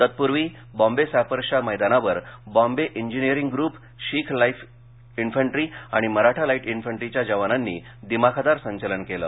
तत्पूर्वी बॉम्बे सॅपर्सच्या मैदानावर Bombay engineering group Sikh light infantry आणि मराठा लाइट इन्फंट्रीच्या जवानांनी दिमाखदार संचालन केलं